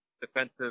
Defensive